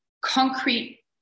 concrete